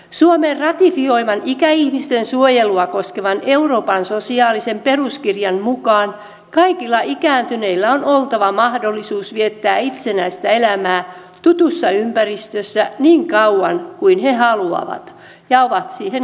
suomen ratifioiman ikäihmisten suojelua koskevan euroopan sosiaalisen peruskirjan mukaan kaikilla ikääntyneillä on oltava mahdollisuus viettää itsenäistä elämää tutussa ympäristössä niin kauan kuin he haluavat ja ovat siihen kykeneviä